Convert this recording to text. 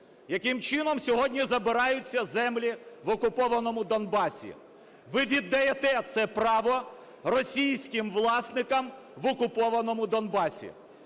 Яким чином сьогодні забираються землі в окупованому Донбасі? Ви віддаєте це право російським власникам в окупованому Донбасі.